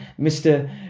Mr